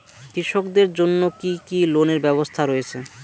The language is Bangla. কৃষকদের জন্য কি কি লোনের ব্যবস্থা রয়েছে?